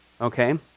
okay